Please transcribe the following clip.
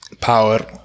power